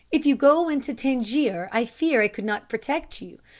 if you go into tangier i fear i could not protect you,